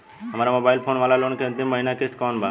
हमार mobile phone वाला loan के अंतिम महिना किश्त कौन बा?